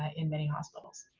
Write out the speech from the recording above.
ah in many hospitals.